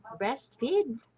breastfeed